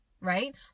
right